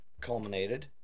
culminated